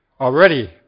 Already